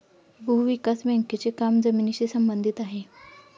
भूविकास बँकेचे काम जमिनीशी संबंधित आहे